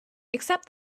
except